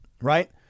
Right